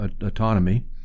autonomy